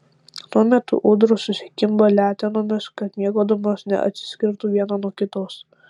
tuo metu ūdros susikimba letenomis kad miegodamos neatsiskirtų viena nuo kitos